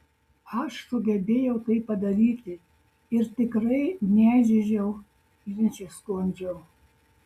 aš sugebėjau tai padaryti ir tikrai nezyziau ir nesiskundžiau